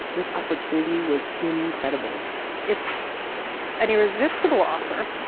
this opportunity was incredible it's an irresistible offer,